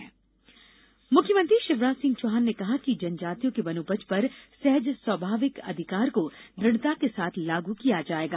स्मारक मुख्यमंत्री शिवराज सिंह चौहान ने कहा कि जनजातियों के वनोपज पर सहज स्वाभाविक अधिकार को दुढ़ता के साथ लागू किया जायेगा